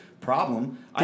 problem